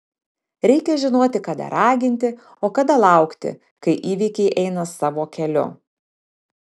reikia žinoti kada raginti o kada laukti kai įvykiai eina savo keliu